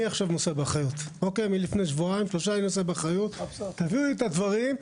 אני עכשיו נושא באחריות; תביאו לי את הדברים,